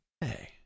Hey